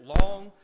long